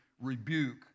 rebuke